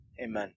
Amen